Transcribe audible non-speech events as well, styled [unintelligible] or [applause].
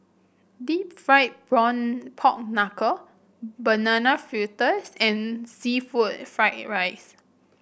deep fried [unintelligible] Pork Knuckle Banana Fritters and seafood Fried Rice